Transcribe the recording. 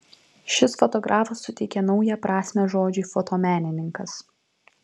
šis fotografas suteikė naują prasmę žodžiui fotomenininkas